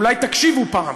אולי תקשיבו פעם,